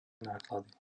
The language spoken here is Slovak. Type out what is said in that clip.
náklady